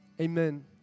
amen